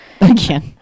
Again